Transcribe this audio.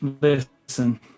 listen